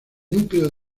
núcleo